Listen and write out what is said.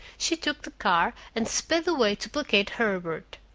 she took the car, and sped away to placate herbert.